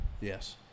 yes